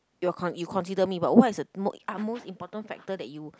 you are con~ you consider me but what is the mo~ utmost important factor that you